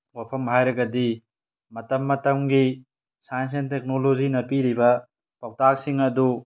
ꯋꯥꯐꯝ ꯍꯥꯏꯔꯒꯗꯤ ꯃꯇꯝ ꯃꯇꯝꯒꯤ ꯁꯥꯏꯟꯁ ꯑꯦꯟ ꯇꯦꯛꯅꯣꯂꯣꯖꯤꯅ ꯄꯤꯔꯤꯕ ꯄꯧꯇꯥꯛꯁꯤꯡ ꯑꯗꯨ